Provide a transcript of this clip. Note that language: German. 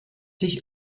sich